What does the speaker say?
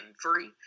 free